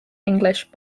english